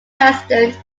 president